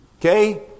Okay